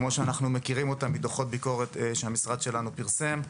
כמו שאנחנו מכירים אותם מדוחות ביקורת שהמשרד שלנו פרסם.